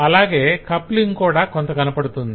అలాగే కప్లింగ్ కూడా కొంత కనపడుతుంది